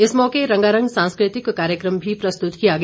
इस मौके रंगारंग सांस्कृतिक कार्यक्रम भी प्रस्तुत किया गया